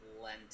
plenty